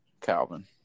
Calvin